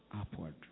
Upward